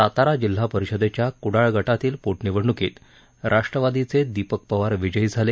सातारा जिल्हा परिषदेच्या कुडाळ गटातील पोटनिवडणूकीत राष्ट्रवादीचे दीपक पवार विजयी झाले